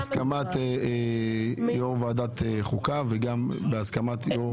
בהסכמת יושב ראש ועדת החוקה וגם בהסכמת יושב ראש ועדת חוץ וביטחון.